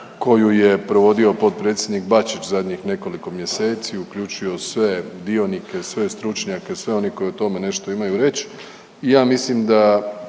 koju je provodio potpredsjednik Bačić zadnjih nekoliko mjeseci, uključio sve dionike, sve stručnjake, sve one koji o tome nešto imaju reći.